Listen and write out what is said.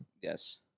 Yes